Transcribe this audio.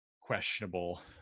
questionable